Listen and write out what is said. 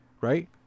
right